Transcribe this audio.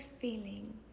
feeling